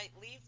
Leave